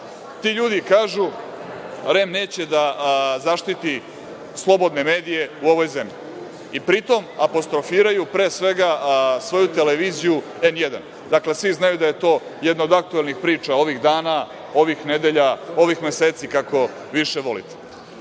ljudi kažu da REM neće da zaštiti slobodne medije u ovoj zemlji i pri tom apostrofiraju, pre svega, svoju televiziju N1. Dakle, svi znaju da je to jedna od aktuelnih priča ovih dana, ovih nedelja, ovih meseci, kako više volite.